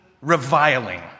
reviling